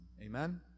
Amen